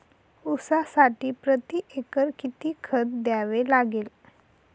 ऊसासाठी प्रतिएकर किती खत द्यावे लागेल?